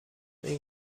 این